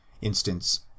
instance